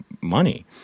money